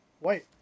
Wait